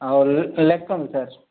ଆଉ ସାର୍